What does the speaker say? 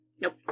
Nope